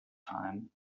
time